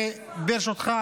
וברשותך,